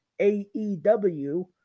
AEW